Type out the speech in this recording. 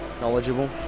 knowledgeable